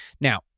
Now